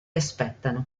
aspettano